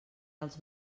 els